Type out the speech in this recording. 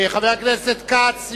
חבר הכנסת כץ,